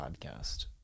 podcast